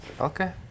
Okay